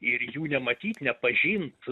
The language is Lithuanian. ir jų nematyt nepažint